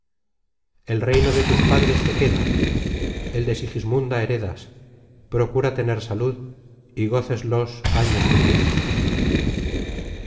el reino de tus padres te queda el de sigismunda heredas procura tener salud y góceslos años infinitos